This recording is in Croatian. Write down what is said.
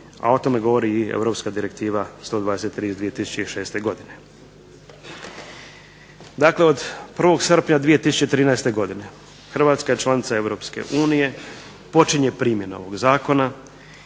a o tome govori i Europska direktiva 123 iz 2006. godine. Dakle od 1. srpnja 2013. godine Hrvatska je članica Europske unije, počinje primjena ovog zakona,